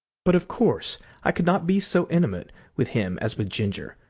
but of course i could not be so intimate with him as with ginger,